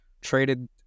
Traded